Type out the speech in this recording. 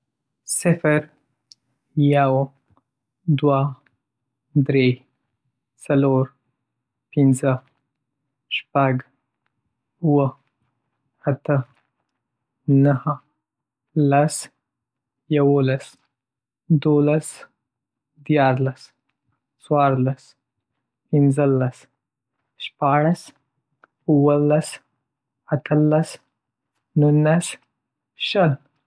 صفر يو دوه درې څلور پنځه شپږ اووه اته نهه لس يوولس دولس دیار لس څوار لس پنځه لس شپاړس اووه لس ات لس نولس شل